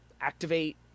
activate